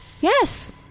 Yes